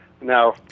Now